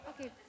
Okay